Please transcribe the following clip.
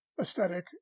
aesthetic